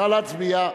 נא להצביע.